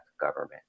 government